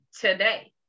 today